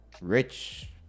rich